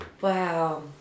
Wow